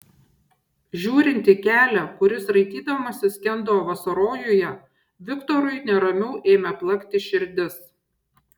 žiūrint į kelią kuris raitydamasis skendo vasarojuje viktorui neramiau ėmė plakti širdis